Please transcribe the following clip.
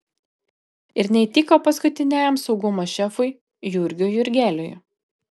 ir neįtiko paskutiniajam saugumo šefui jurgiui jurgeliui